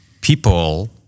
people